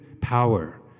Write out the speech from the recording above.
power